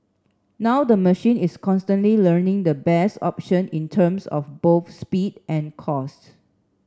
now the machine is constantly learning the best option in terms of both speed and cost